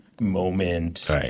moment